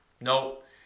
Nope